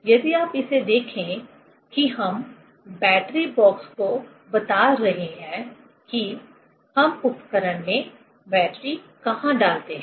यदि आप इसे देखें कि हम बैटरी बॉक्स को बता रहे हैं कि हम उपकरण में बैटरी कहां डालते हैं